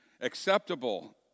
acceptable